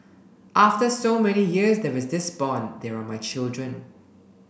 after so many years there is this bond they are my children